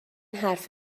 حرف